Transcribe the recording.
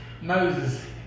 Moses